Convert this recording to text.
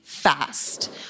fast